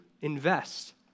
invest